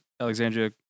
Alexandria